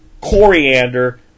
coriander